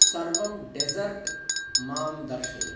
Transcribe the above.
सर्वं डेस्सर्ट् मां दर्शय